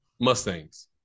mustangs